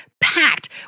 packed